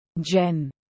Jen